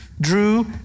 drew